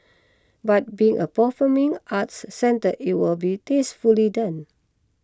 but being a performing arts centre it will be tastefully done